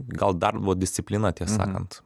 gal darbo disciplina tiesą sakant